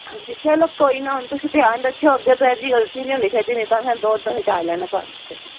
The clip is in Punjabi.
ਹਾਂਜੀ ਚੱਲੋ ਕੋਈ ਨਾ ਹੁਣ ਤੁਸੀਂ ਧਿਆਨ ਰੱਖਿਓ ਅੱਗੇ ਤੋਂ ਇਹੋ ਜਿਹੀ ਗਲਤੀ ਨਹੀਂ ਹੋਣੀ ਚਾਹੀਦੀ ਨਹੀਂ ਤਾਂ ਮੈਂ ਦੁੱਧ ਹਟਾ ਲੈਣਾ ਤੁਹਾਡੇ ਤੋਂ